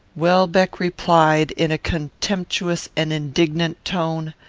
welbeck replied, in a contemptuous and indignant tone,